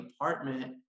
apartment